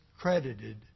credited